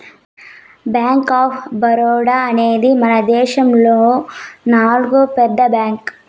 bank of Baroda అనేది మనదేశములో నాల్గో పెద్ద బ్యాంక్